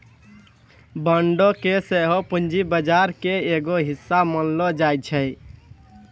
बांडो के सेहो पूंजी बजार के एगो हिस्सा मानलो जाय छै